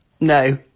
No